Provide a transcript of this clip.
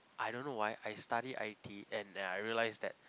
I don't know I I study i_t and I realize that